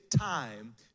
time